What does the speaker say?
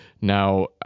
now